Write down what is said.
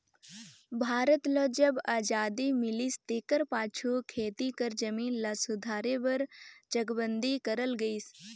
भारत ल जब अजादी मिलिस तेकर पाछू खेती कर जमीन ल सुधारे बर चकबंदी करल गइस